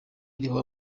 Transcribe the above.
iriho